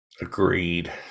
agreed